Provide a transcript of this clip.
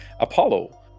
Apollo